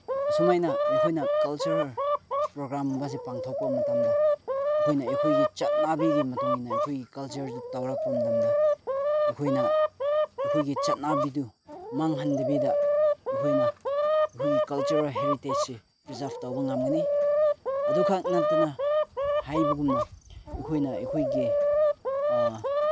ꯑꯁꯨꯃꯥꯏꯅ ꯑꯩꯈꯣꯏꯅ ꯀꯜꯆꯔꯦꯜ ꯄ꯭ꯔꯣꯒ꯭ꯔꯥꯝꯒꯨꯝꯕꯁꯦ ꯄꯥꯡꯊꯣꯛꯄ ꯃꯇꯝꯗ ꯑꯩꯈꯣꯏꯅ ꯑꯩꯈꯣꯏꯒꯤ ꯆꯠꯅꯕꯤꯒꯤ ꯃꯇꯨꯡ ꯏꯟꯅ ꯑꯩꯈꯣꯏꯒꯤ ꯀꯜꯆꯔꯁꯦ ꯇꯧꯔꯛꯄ ꯃꯇꯝꯗ ꯑꯩꯈꯣꯏꯅ ꯑꯩꯈꯣꯏꯒꯤ ꯆꯠꯅꯕꯤꯗꯨ ꯃꯥꯡꯍꯟꯗꯕꯤꯗ ꯑꯩꯈꯣꯏꯅ ꯑꯩꯈꯣꯏꯒꯤ ꯀꯜꯆꯔꯦꯜ ꯍꯦꯔꯤꯇꯦꯖꯁꯦ ꯄ꯭ꯔꯤꯖꯥꯞ ꯇꯧꯕ ꯉꯝꯒꯅꯤ ꯑꯗꯨꯈꯛ ꯅꯠꯇꯅ ꯍꯥꯏꯕꯒꯨꯝꯅ ꯑꯩꯈꯣꯏꯅ ꯑꯩꯈꯣꯏꯒꯤ